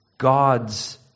God's